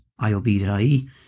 IOB.ie